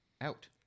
out